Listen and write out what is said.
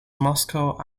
moscow